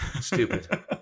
stupid